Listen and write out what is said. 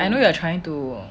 I know you are trying to